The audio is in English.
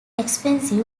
expensive